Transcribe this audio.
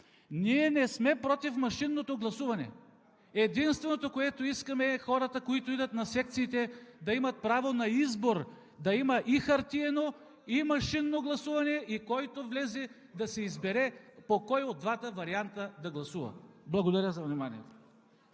Ние не сме против машинното гласуване! Единственото, което искаме, е хората, които отидат в секциите, да имат право на избор – да има и хартиено, и машинно гласуване, и който влезе да си избере по кой от двата варианта да гласува. Благодаря за вниманието.